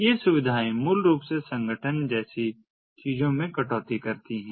ये सुविधाएँ मूल रूप से संगठन जैसी चीजों में कटौती करती हैं